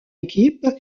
équipe